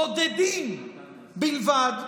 בודדים בלבד,